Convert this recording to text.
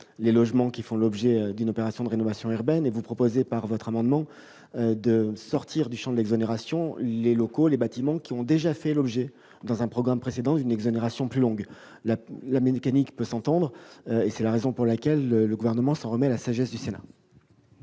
les logements qui font l'objet d'une opération de rénovation urbaine. Vous proposez, par cet amendement, de sortir du champ de l'exonération les bâtiments qui ont déjà profité, lors d'un programme précédent, d'une exonération plus longue. La mécanique peut s'entendre. C'est pourquoi le Gouvernement s'en remet à la sagesse du Sénat.